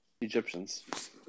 Egyptians